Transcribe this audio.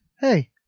Hey